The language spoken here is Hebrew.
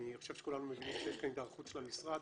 אני חושב שכולנו מבינים שיש כאן היערכות של המשרד,